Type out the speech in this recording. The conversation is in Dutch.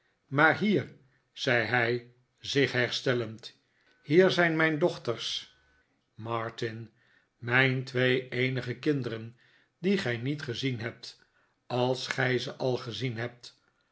maar hier zei hij zich herstellend hier zijn mijn dochters martin mijn twee eenige kinderen die gij niet gezien hebt als gij ze